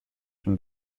from